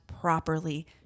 properly